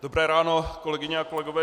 Dobré ráno, kolegyně a kolegové.